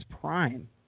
prime